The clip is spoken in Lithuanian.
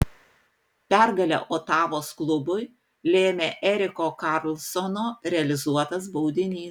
pergalę otavos klubui lėmė eriko karlsono realizuotas baudinys